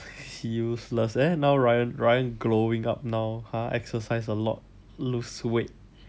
useless nah now ryan glowing up now exercising a lot lose weight